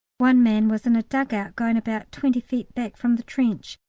one man was in a dug-out going about twenty feet back from the trench,